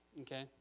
Okay